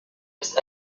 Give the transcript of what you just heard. ist